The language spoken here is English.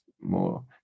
more